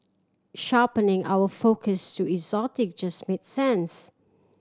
sharpening our focus to exotic just made sense